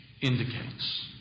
indicates